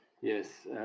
Yes